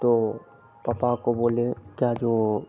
तो पपा को बोले क्या जो